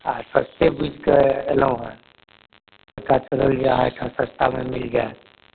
आ सबतरि बुझि कऽ एलहुँ हँ सबटा छोड़ि लिअ अहाँ ओहिठाम सस्तामे मील जाऽ